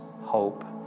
hope